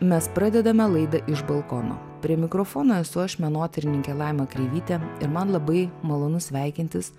mes pradedame laidą iš balkono prie mikrofono esu aš menotyrininkė laima kreivytė ir man labai malonu sveikintis